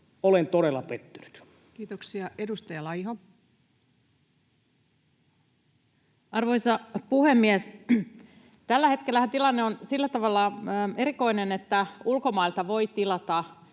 alkoholilain muuttamisesta Time: 16:35 Content: Arvoisa puhemies! Tällä hetkellähän tilanne on sillä tavalla erikoinen, että ulkomailta voi tilata